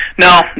No